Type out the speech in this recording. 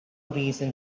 reason